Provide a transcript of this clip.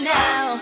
now